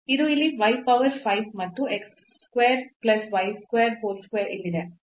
ಇದು ಇಲ್ಲಿ y power 5 ಮತ್ತು x square plus y square whole square ಇಲ್ಲಿದೆ